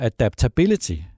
Adaptability